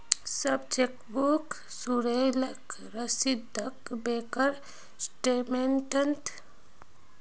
सब चेकबुक शुल्केर रसीदक बैंकेर स्टेटमेन्टत दर्शाल जा छेक